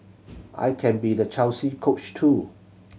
I can be the Chelsea Coach too